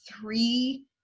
three